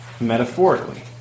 metaphorically